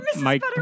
Mike